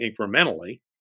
incrementally